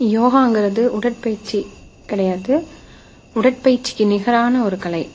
யோகாங்கிறது உடற்பயிற்சி கிடையாது உடற்பயிற்சிக்கு நிகரான ஒரு கலை